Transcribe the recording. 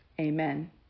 Amen